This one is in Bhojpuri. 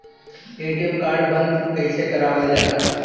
ए.टी.एम कार्ड बन्द कईसे करावल जाला?